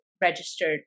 registered